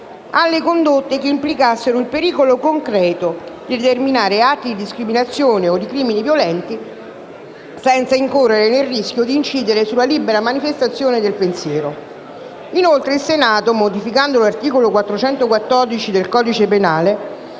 alle condotte che implicassero il pericolo concreto di determinare atti di discriminazione o di crimini violenti, senza incorrere nel rischio di incidere sulla libera manifestazione del pensiero. Inoltre il Senato, modificando l'articolo 414 del codice penale,